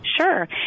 Sure